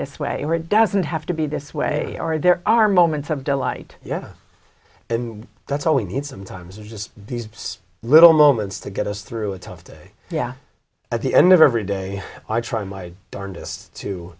this way or it doesn't have to be this way are there are moments of delight yeah that's all we need sometimes just these little moments to get us through a tough day yeah at the end of every day i try my darndest to